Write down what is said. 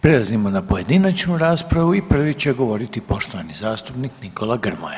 Prelazimo na pojedinačnu raspravu i prvi će govoriti poštovani zastupnik Nikola Grmoja.